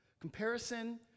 Comparison